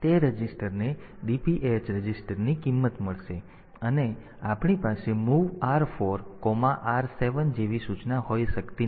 તેથી તે રજિસ્ટરને DPH રજિસ્ટરની કિંમત મળશે અને આપણી પાસે MOV R4R7 જેવી સૂચના હોઈ શકતી નથી